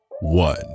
one